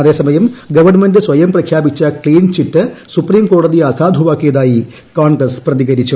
അതേസമയം ഗ്രവണ്മെന്റ് സ്വയം പ്രഖ്യാപിച്ച ക്ലീൻ ചിറ്റ് സുപ്രീംകോടതി കൃത്ത്സാധുവാക്കിയതായി കോൺഗ്രസ് പ്രതികരിച്ചു